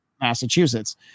Massachusetts